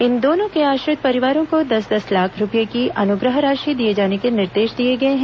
इन दोनों के आश्रित परिवारों को दस दस लाख रूपए की अनुग्रह राशि दिए जाने के निर्देश दिए गए हैं